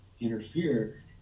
interfere